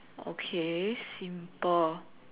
okay simple